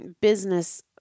business